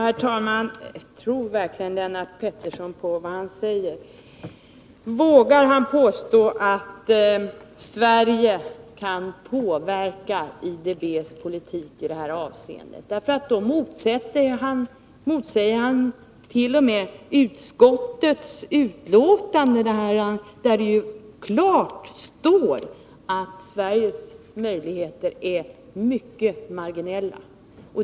Fru talman! Tror verkligen Lennart Pettersson på vad han säger? Vågar han påstå att Sverige kan påverka IDB:s politik i detta avseende? Då motsäger han t.o.m. det som klart sägs i utskottets betänkande, nämligen att Sveriges möjligheter är mycket marginella.